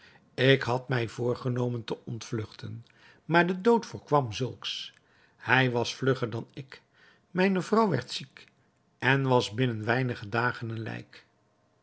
ik had mij voorgenomen te ontvlugten maar de dood voorkwam zulks hij was vlugger dan ik mijne vrouw werd ziek en was binnen weinige dagen